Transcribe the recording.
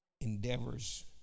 endeavors